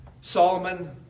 Solomon